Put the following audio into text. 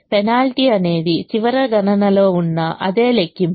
penalty అనేది చివరి గణనలో ఉన్న అదే లెక్కింపు